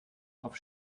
auf